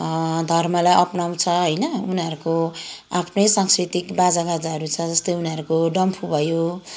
धर्मलाई अपनाउँछ होइन उनीहरूको आफ्नै सांस्कृतिक बाजागाजाहरू छ जस्तै उनीहरूको डम्फु भयो